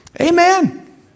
Amen